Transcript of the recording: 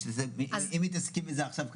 אם מתעסקים בזה עכשיו,